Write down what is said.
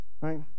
right